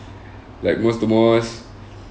like most the most